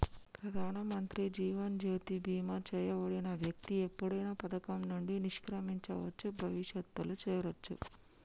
ప్రధానమంత్రి జీవన్ జ్యోతి బీమా చేయబడిన వ్యక్తి ఎప్పుడైనా పథకం నుండి నిష్క్రమించవచ్చు, భవిష్యత్తులో చేరొచ్చు